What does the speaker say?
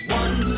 one